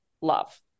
love